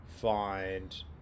find